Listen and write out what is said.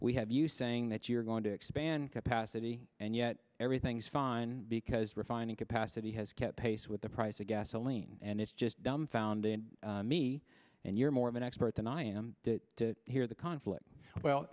we have you saying that you're going to expand capacity and yet everything's fine because refining capacity has kept pace with the price of gasoline and it's just dumbfounded me and you're more of an expert than i am to hear the conflict well